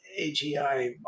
AGI